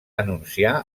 anunciar